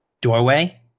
doorway